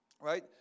right